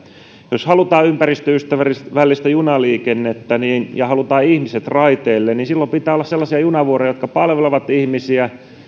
jos halutaan ympäristöystävällistä junaliikennettä ja halutaan ihmiset raiteille silloin pitää olla sellaisia junavuoroja jotka palvelevat ihmisiä